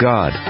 God